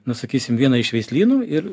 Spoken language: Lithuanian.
nu sakysim vieną iš veislynų ir